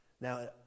Now